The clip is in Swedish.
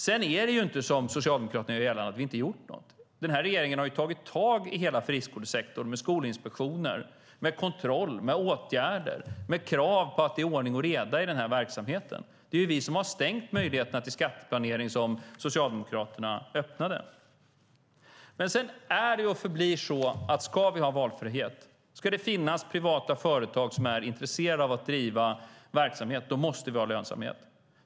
Sedan är det inte som Socialdemokraterna gör gällande, att vi inte har gjort någonting. Den här regeringen har tagit tag i hela friskolesektorn med skolinspektioner, kontroll, åtgärder och krav på ordning och reda i verksamheten. Det är vi som har stängt de möjligheter till skatteplanering som Socialdemokraterna öppnade. Sedan är och förblir det så att om vi ska ha valfrihet och om det ska finnas privata företag som är intresserade av att driva verksamhet måste vi ha lönsamhet.